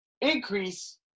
Increase